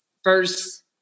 First